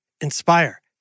inspire